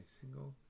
single